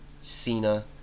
Cena